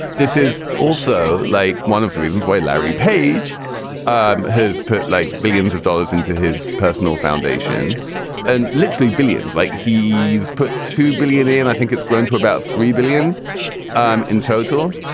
this is also like one of the reasons why larry page um has put like billions of dollars into his personal foundation and literally billions like he's put to billionaire. and i think it's grown to about three billion um in total.